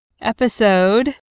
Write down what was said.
episode